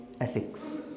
ethics